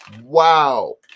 Wow